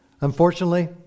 Unfortunately